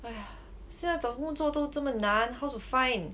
!hais! 现在找工作都这么难 how to find